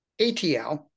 ATL